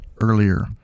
earlier